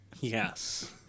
Yes